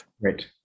Right